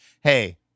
hey